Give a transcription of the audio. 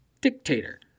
dictator